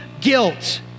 guilt